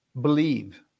believe